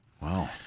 Wow